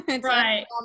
Right